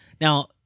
Now